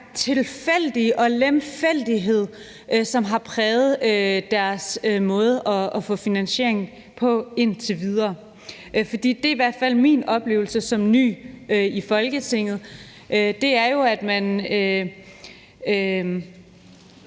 tilfældighed og lemfældighed, som har præget deres måde at få finansiering på indtil videre. For det er i hvert fald min oplevelse som ny i Folketinget, at man